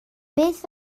beth